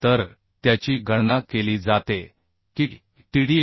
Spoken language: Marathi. तर त्याची गणना केली जाते की TDN 0